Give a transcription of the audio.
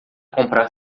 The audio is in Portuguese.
comprar